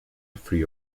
free